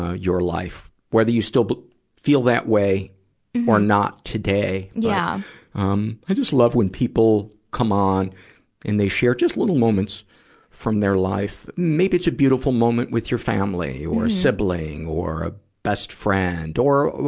ah your life, whether you still feel that way or not today. yeah um i just love when people come on and they share just little moments from their life. maybe it's a beautiful moment with your family or sibling or ah best friend or,